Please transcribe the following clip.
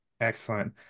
excellent